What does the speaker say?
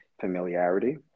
familiarity